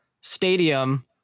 stadium